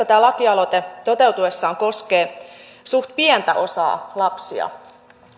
tämä lakialoite toteutuessaan koskee suhteellisen pientä osaa lapsia